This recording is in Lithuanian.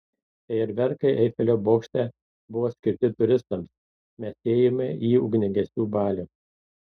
fejerverkai eifelio bokšte buvo skirti turistams mes ėjome į ugniagesių balių